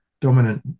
dominant